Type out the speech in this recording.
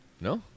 No